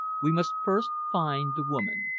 we must first find the woman.